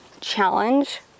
challenge